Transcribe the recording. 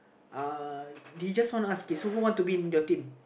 uh he just ask okay so who you want to be in your team